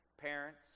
parents